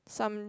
some